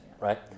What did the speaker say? right